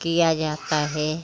किया जाता है